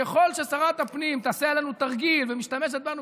ככל ששרת הפנים תעשה עלינו תרגיל ומשתמשת בנו